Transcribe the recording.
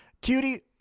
cutie